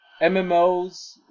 MMOs